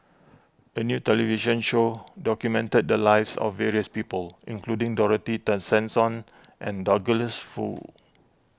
a new television show documented the lives of various people including Dorothy Tessensohn and Douglas Foo